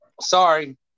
sorry